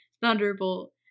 Thunderbolt